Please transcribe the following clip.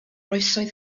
oesoedd